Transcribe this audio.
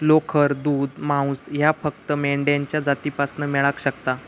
लोकर, दूध, मांस ह्या फक्त मेंढ्यांच्या जातीपासना मेळाक शकता